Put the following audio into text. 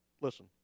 Listen